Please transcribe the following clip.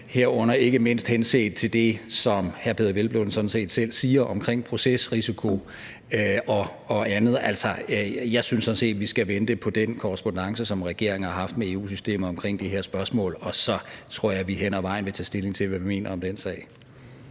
herunder ikke mindst henset til det, som hr. Peder Hvelplund sådan set selv siger omkring procesrisiko og andet. Altså, jeg synes sådan set, vi skal vente på den korrespondance, som regeringen har haft med EU-systemet omkring det her spørgsmål, og så tror jeg, vi hen ad vejen vil tage stilling til, hvad vi mener om den sag.